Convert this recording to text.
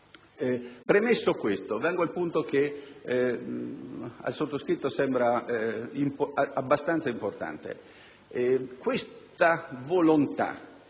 Premesso questo, vengo ad un punto che al sottoscritto sembra abbastanza importante. È difficile